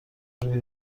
روی